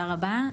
תודה רבה.